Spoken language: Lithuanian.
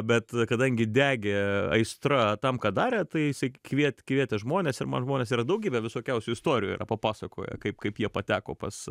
bet kadangi degė aistra tam ką darė tai isai kviet kvietė žmones ir man žmonės yra daugybę visokiausių istorijų yra papasakoję kaip kaip jie pateko pas